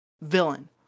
villain